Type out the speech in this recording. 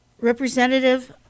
Representative